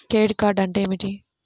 Credit card అంటే ఏమిటి?